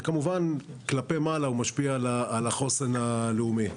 וכמובן כלפי מעלה הוא משפיע על החוסן הלאומי.